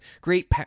great